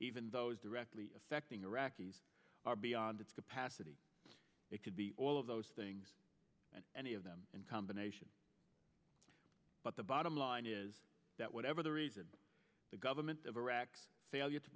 even those directly affecting iraqis are beyond its capacity it could be all of those things and any of them in combination but the bottom line is that whatever the reason the government of iraq's failure to